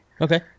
okay